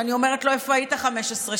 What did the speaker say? ואני אומרת לו: איפה היית 15 שנה?